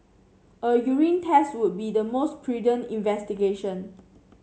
a urine test would be the most prudent investigation